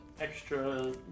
extra